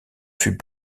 fut